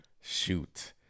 shoot